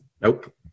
nope